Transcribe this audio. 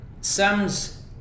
Sam's